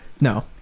No